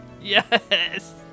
Yes